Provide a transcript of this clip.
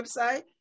website